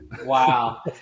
Wow